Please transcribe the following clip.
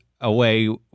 away